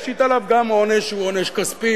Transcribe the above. ישית עליו עונש שהוא גם עונש כספי,